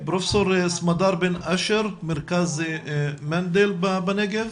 פרופ' סמדר בן אשר ממרכז מנדל בנגב